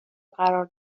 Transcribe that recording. قرار